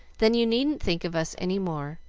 then you needn't think of us any more,